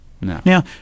Now